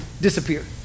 Disappear